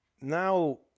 now